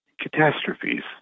catastrophes